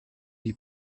vie